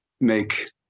make